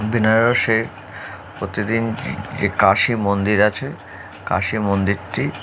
বেনারসের প্রতিদিন যে কাশী মন্দির আছে কাশী মন্দিরটি